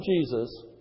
Jesus